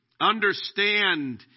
understand